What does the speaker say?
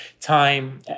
time